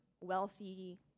wealthy